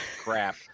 crap